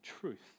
truth